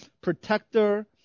protector